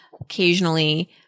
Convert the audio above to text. occasionally